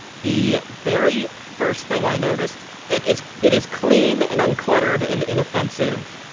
the very first thing i noticed, it is it is clean and uncluttered and inoffensive,